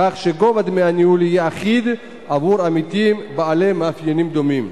כך שגובה דמי הניהול יהיה אחיד עבור עמיתים בעלי מאפיינים דומים.